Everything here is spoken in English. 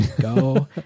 go